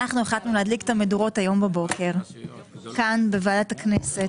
אנחנו החלטנו להדליק את המדורות היום בבוקר כאן בוועדת הכספים.